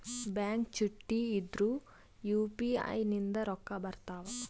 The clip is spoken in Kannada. ಬ್ಯಾಂಕ ಚುಟ್ಟಿ ಇದ್ರೂ ಯು.ಪಿ.ಐ ನಿಂದ ರೊಕ್ಕ ಬರ್ತಾವಾ?